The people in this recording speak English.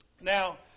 Now